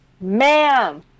ma'am